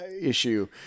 issue